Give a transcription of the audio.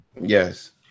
Yes